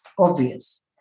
Obvious